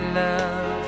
love